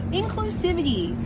inclusivity